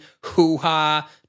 hoo-ha